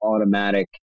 automatic